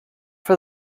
for